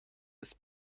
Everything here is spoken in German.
ist